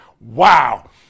wow